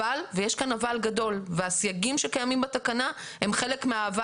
אבל ויש כאן אבל גדול הסייגים שקיימים בתקנה הם חלק מה-אבל